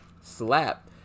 slap